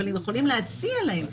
אבל הם יכולים להציע להם.